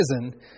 prison